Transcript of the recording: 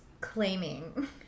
claiming